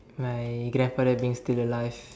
my grandfather being still alive